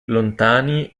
lontani